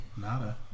Nada